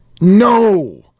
No